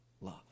love